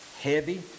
heavy